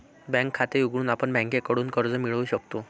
bank खाते उघडून आपण बँकेकडून कर्ज मिळवू शकतो